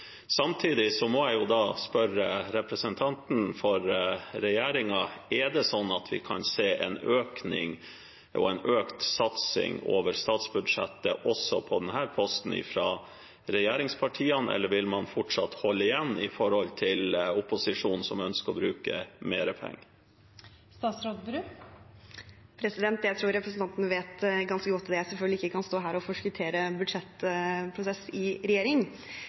Samtidig må jeg spørre representanten for regjeringen: Er det slik at vi kan se en økning og en økt satsing over statsbudsjettet også på denne posten fra regjeringspartiene, eller vil man fortsatt holde igjen i forhold til opposisjonen, som ønsker å bruke mer penger? Jeg tror representanten vet ganske godt at jeg selvfølgelig ikke kan stå her og forskuttere en budsjettprosess i regjering.